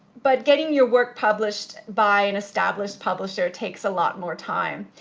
but getting your work published by an established publisher takes a lot more time.